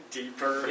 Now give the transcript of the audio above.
deeper